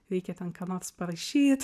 reikia ten ką nors parašyt